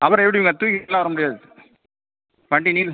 அப்புறம் எப்படிங்க தூக்கிட்டுலாம் வர முடியாது வண்டி நீ